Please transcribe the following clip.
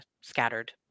scattered